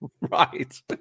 Right